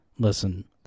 Listen